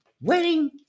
wedding